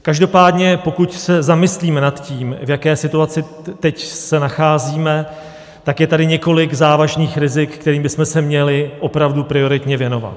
Každopádně pokud se zamyslíme nad tím, v jaké situaci teď se nacházíme, tak je tady několik závažných rizik, kterým bychom se měli opravdu prioritně věnovat.